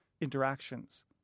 interactions